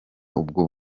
ubwo